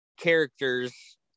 characters